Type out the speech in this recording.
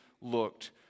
looked